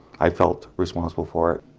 i felt responsible for it